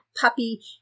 puppy